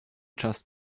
just